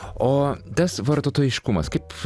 o tas vartotojiškumas kaip